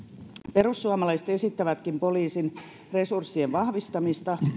perussuomalaiset esittävätkin poliisin resurssien vahvistamista